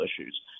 issues